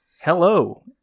Hello